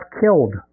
killed